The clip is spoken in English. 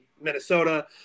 minnesota